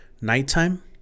nighttime